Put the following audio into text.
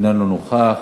איננו נוכח.